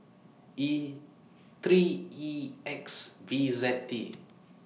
E three E X V Z T